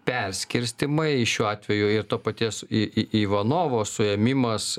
perskirstymai šiuo atveju ir to paties i i ivanovo suėmimas